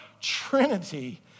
Trinity